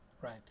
Right